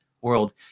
world